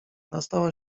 nastała